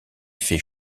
fait